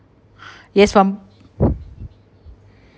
yes from